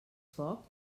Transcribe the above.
foc